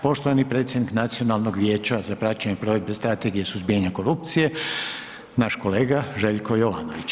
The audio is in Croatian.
Poštovani predsjednik Nacionalnog vijeća za praćenje provedbe Strategije suzbijanja korupcije naš kolega Željko Jovanović.